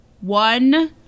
One